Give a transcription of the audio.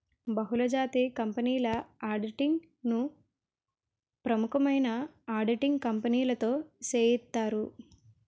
బహుళజాతి కంపెనీల ఆడిటింగ్ ను ప్రముఖమైన ఆడిటింగ్ కంపెనీతో సేయిత్తారు